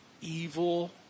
evil